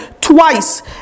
twice